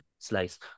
slice